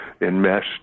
enmeshed